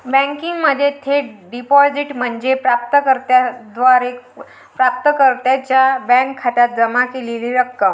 बँकिंगमध्ये थेट डिपॉझिट म्हणजे प्राप्त कर्त्याद्वारे प्राप्तकर्त्याच्या बँक खात्यात जमा केलेली रक्कम